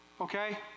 okay